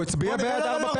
הוא הצביע בעד ארבע פעמים.